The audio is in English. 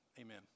amen